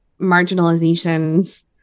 marginalizations